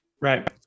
Right